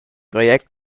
project